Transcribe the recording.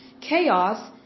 CHAOS